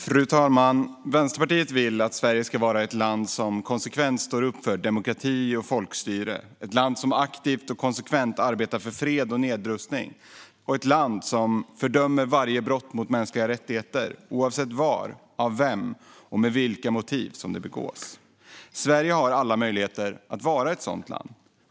Strategisk export-kontroll 2018 - krigsmateriel och produkter med dubbla användningsområden Fru talman! Fru talman! Vänsterpartiet vill att Sverige ska vara ett land som konsekvent står upp för demokrati och folkstyre, ett land som aktivt och konsekvent arbetar för fred och nedrustning, ett land som fördömer varje brott mot mänskliga rättigheter, oavsett var, av vem eller med vilka motiv det begås. Sverige har alla möjligheter att vara ett sådant land.